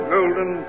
Golden